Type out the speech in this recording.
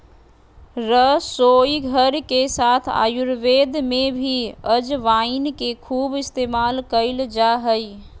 रसोईघर के साथ आयुर्वेद में भी अजवाइन के खूब इस्तेमाल कइल जा हइ